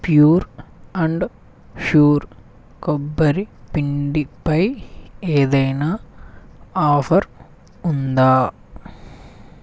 pure and sure కొబ్బరి పిండి పై ఏదైనా ఆఫర్ ఉందా